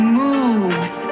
moves